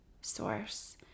source